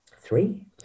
three